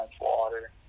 water